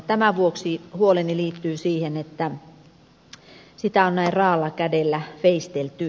tämän vuoksi huoleni liittyy siihen että sitä on näin raaalla kädellä veistelty